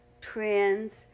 trends